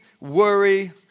worry